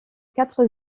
quatre